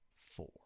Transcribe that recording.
four